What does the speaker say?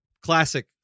Classic